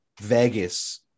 vegas